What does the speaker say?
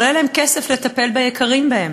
שלא יהיה להם כסף לטפל ביקרים להם,